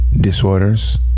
disorders